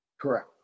Correct